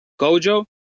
Gojo